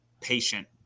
patient